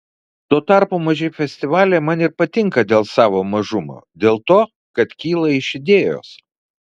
tuo tarpu maži festivaliai man ir patinka dėl savo mažumo dėl to kad kyla iš idėjos